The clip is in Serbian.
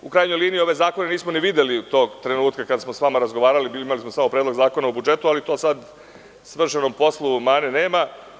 U krajnjoj liniji, ove zakone nismo ni videli tog trenutka kada smo sa vama razgovarali, imali smo samo Predlog zakona o budžetu, ali sada – svršenom poslu mane nema.